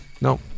No